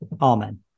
amen